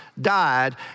died